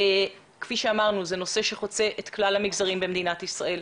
ככל שיש מסיבת טבע שעוברת רישוי ומגיעה למשטרת ישראל,